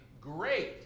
great